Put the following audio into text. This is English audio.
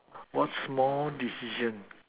what small decision